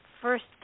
first